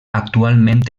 actualment